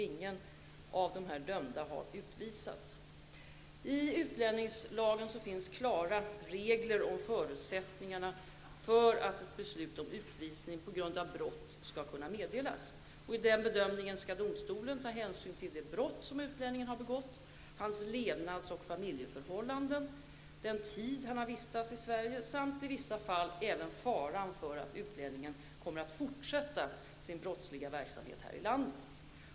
I utlänningslagen finns klara regler om förutsättningarna för att ett beslut om utvisning på grund av brott skall kunna meddelas. I den bedömningen skall domstolen ta hänsyn till det brott som utlänningen har begått, hans levnads och familjeförhållanden, den tid han har vistats i Sverige samt i vissa fall även faran för att utlänningen kommer att fortsätta sin brottsliga verksamhet här i landet.